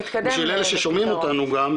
בשביל אלה ששומעים אותנו גם,